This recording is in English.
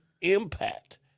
impact